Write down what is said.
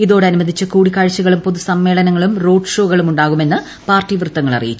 ഇതോടനുബന്ധിച്ച് കൂടിക്കാഴ്ചകളും പൊതുസമ്മേളനങ്ങളും റോഡ് ഷോകളും ഉണ്ടാവുമെന്ന് പാർട്ടി വൃത്തങ്ങൾ അറിയിച്ചു